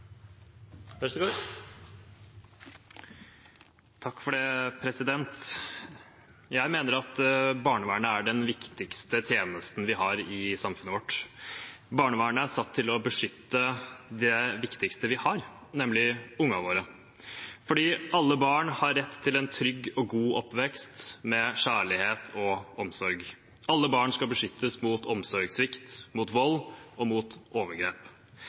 å beskytte det viktigste vi har, nemlig ungene våre – fordi alle barn har rett til en trygg og god oppvekst, med kjærlighet og omsorg. Alle barn skal beskyttes mot omsorgssvikt, mot vold og mot overgrep.